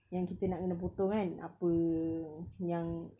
yang kita nak kena potong kan apa yang